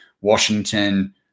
Washington